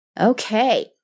Okay